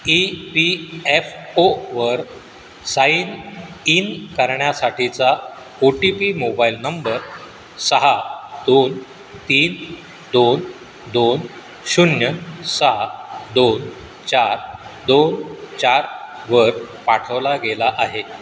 E P F O वर sign in करण्यासाठीचा O T P mobile number सहा दोन तीन दोन दोन शून्य सहा दोन चार दोन चार वर पाठवला गेला आहे